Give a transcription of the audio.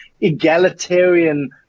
egalitarian